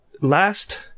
last